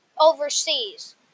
overseas